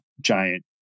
giant